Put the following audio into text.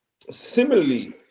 similarly